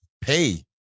pay